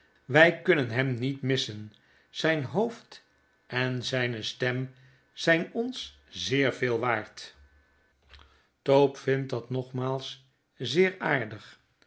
wij kunnen hem niet missen zijn hoofd en zijne stem zijn ons zeer veel waard l ope vindt dat nogmaals zeer aardig